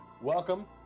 welcome